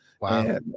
Wow